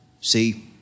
See